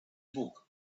book